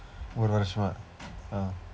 ஒரு வருடமா:oru varudamaa ah